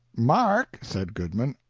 mark, said goodman,